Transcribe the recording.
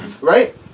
Right